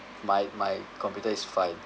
my my computer is fine